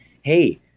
hey